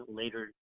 later